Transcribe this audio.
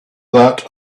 that